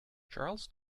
charles